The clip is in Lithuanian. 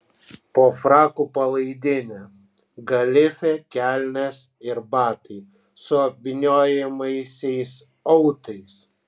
po fraku palaidinė galifė kelnės ir batai su apvyniojamaisiais autais